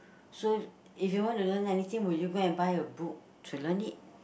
so if you want to learn anything will you go and buy a book to learn it